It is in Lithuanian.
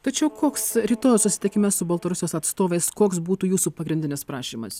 tačiau koks rytojaus susitikime su baltarusijos atstovais koks būtų jūsų pagrindinis prašymas